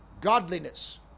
Godliness